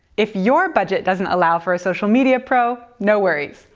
if your budget doesn't allow for a social media pro, no worries.